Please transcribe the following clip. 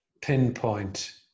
pinpoint